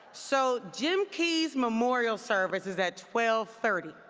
so jim key's memorial service is at twelve thirty.